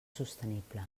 sostenible